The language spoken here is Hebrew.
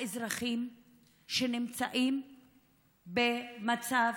האזרחים שנמצאים במצב